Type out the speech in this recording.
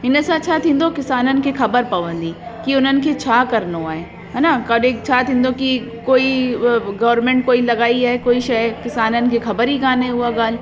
हिन सां छा थींदो किसाननि खे ख़बर पवंदी कि उन्हनि खे छा करिणो आहे हा न कॾहिं छा थींदो कि कोई गोरमेंट कोई लॻाई आहे कोई शइ किसाननि खे ख़बर ई काने उहा ॻाल्हि